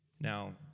Now